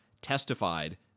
testified